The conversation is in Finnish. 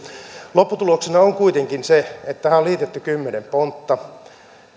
lopputuloksena on kuitenkin se että tähän on liitetty kymmenen pontta